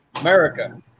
America